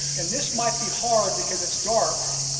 and this might be hard because it's dark,